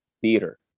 theater